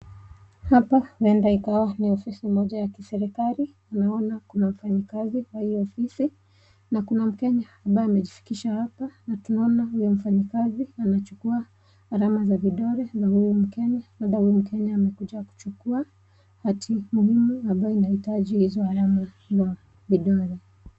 Hapa huenda ikawa ni ofisi moja ya kiserikali. Naona kuna mfanyikazi kwa hiyo ofisi na kuna mkenya ambaye amijifikisha hapa na tunaona huyo mfanyikazi anachukua alama ya vidole ya huyu mkenya huenda huyu mkenya amekuja kuchukua hati muhimu ambayo inahitaji hiyo alama ya vidole.